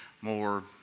more